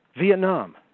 Vietnam